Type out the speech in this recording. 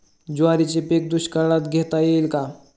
ज्वारीचे पीक दुष्काळात घेता येईल का?